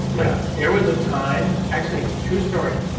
like, there was a time. actually, true story.